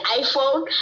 iPhone